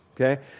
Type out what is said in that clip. okay